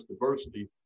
diversity